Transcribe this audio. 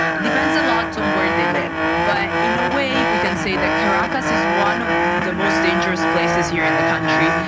it depends a lot on um where they live, but in a way we can say that caracas is one of the most dangerous places here in the country,